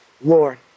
Lord